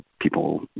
people